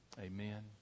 Amen